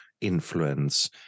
influence